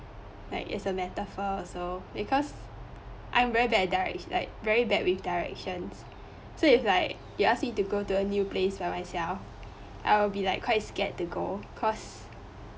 like is a metaphor also because i'm very bad at direct~ like very bad with directions so if like you ask me to go to a new place by myself I will be like quite scared to go cause